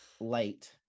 light